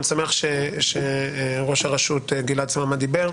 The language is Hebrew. אני שמח שראש הרשות גלעד סממה דיבר,